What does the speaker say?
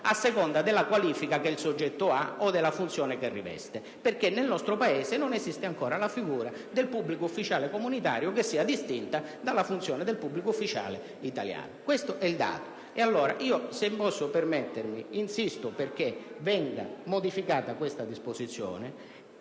a seconda della qualifica che il soggetto ricopre o della funzione che riveste: questo perché nel nostro Paese non esiste ancora la figura del pubblico ufficiale comunitario distinta dalla funzione del pubblico ufficiale italiano. Questo è il dato. Pertanto, se posso permettermi, insisto perché venga modificata questa disposizione.